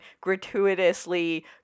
gratuitously